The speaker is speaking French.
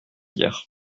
hier